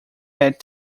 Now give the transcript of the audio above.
said